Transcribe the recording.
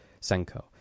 Senko